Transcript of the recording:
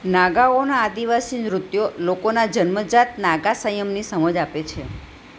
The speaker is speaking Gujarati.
નાગાઓનાં આદિવાસી નૃત્યો લોકોના જન્મજાત નાગા સંયમની સમજ આપે છે